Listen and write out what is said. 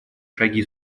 шаги